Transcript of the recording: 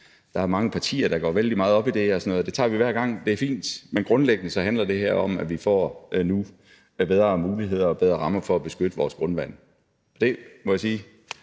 der er mange partier, der går vældig meget op i det, og vi tager diskussionen hver gang – det er fint. Men grundlæggende handler det her om, at vi nu får bedre muligheder og rammer for at beskytte vores grundvand. Det tager vi